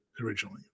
originally